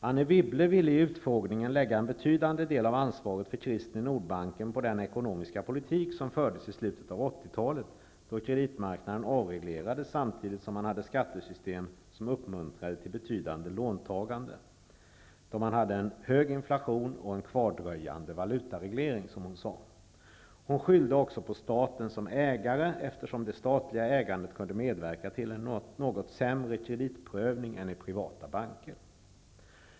Anne Wibble ville vid utfrågningen lägga en betydande del av ansvaret för krisen i Nordbanken på den ekonomiska politik som fördes i slutet av 80 talet, då kreditmarknaden avreglerades samtidigt som det fanns skattesystem som uppmuntrade till ett betydande låntagande. Man hade hög inflation och en kvardröjande valutareglering, sade Anne Wibble. Hon skyllde också på staten som ägare, eftersom det statliga ägandet kunde medverka till en något sämre kreditprövning jämfört med privata banker.